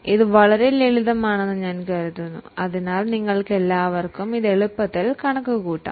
ഇത് വളരെ ലളിതമാണെന്ന് ഞാൻ കരുതുന്നു അതിനാൽ നിങ്ങൾക്കെല്ലാവർക്കും ഇത് മനസ്സിൽ തന്നെ കണക്കാക്കാം